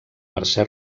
mercè